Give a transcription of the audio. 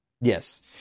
Yes